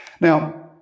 Now